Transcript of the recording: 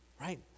Right